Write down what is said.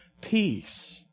peace